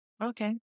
Okay